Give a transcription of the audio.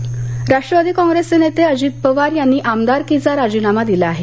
अजीत पवार राष्ट्रवादी काँप्रेसचे नेते अजित पवार यांनी आमदारकीचा राजीनामा दिला आहे